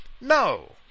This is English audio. No